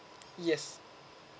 yes